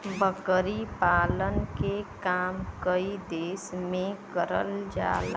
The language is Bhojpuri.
बकरी पालन के काम कई देस में करल जाला